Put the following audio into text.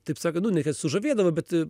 taip sakant nu ne kad sužavėdavo bet